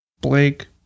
Blake